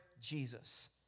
Jesus